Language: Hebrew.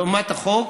לעומת החוק